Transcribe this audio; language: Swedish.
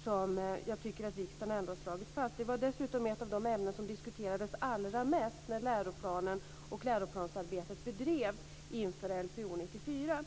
som riksdagen ändå har slagit fast. Dessutom var det här ett av de ämnen som diskuterades allra mest när läroplanen och läroplansarbetet bedrevs inför Lpo 94.